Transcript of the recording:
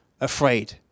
afraid